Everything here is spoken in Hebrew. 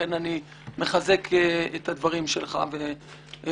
ולכן אני מחזק את הדברים שלך ואותך.